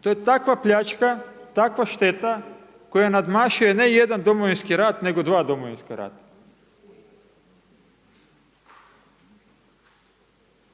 To je takva pljačka, takva šteta koja nadmašuje ne jedan Domovinski rat, nego dva Domovinska rata.